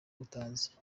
utazi